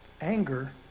Anger